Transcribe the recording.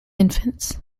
infants